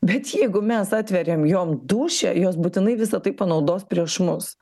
bet jeigu mes atveriam jom dūšią jos būtinai visa tai panaudos prieš mus